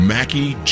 Mackie